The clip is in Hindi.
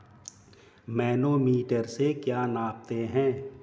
मैनोमीटर से क्या नापते हैं?